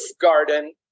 garden